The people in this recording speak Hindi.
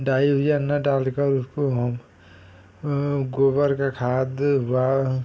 डाई यूरिया न डालकर उसको हम गोबर का खाद व